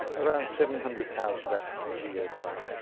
around seven hundred thousand africans a year dying,